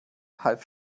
half